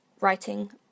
writing